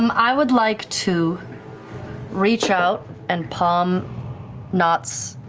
um i would like to reach out and palm nott's